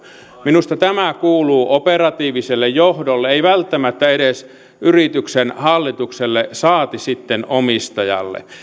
minusta tämä kuuluu operatiiviselle johdolle ei välttämättä edes yrityksen hallitukselle saati sitten omistajalle